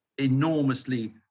enormously